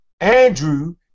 Andrew